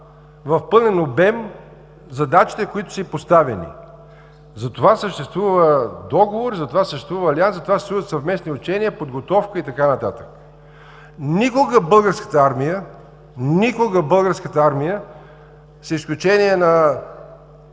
в пълен обем задачите, които са й поставени. Затова съществува договор, затова съществува АЛИАНС, затова съществуват съвместни учения, подготовка и така нататък. Никога Българската армия, с изключение на